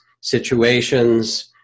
situations